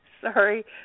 Sorry